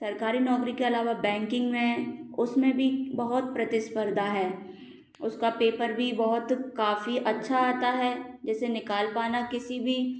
सरकारी नौकरी के अलावा बैंकिंग में उसमें भी बहुत प्रतिस्पर्धा है उसका पेपर भी बहुत काफ़ी अच्छा आता है जिसे निकाल पाना किसी भी